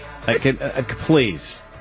Please